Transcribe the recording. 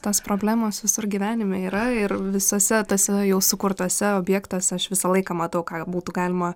tos problemos visur gyvenime yra ir visuose tuose jau sukurtuose objektuose aš visą laiką matau ką būtų galima